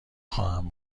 خواهم